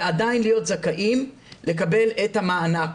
ועדיין להיות זכאים לקבל את המענק.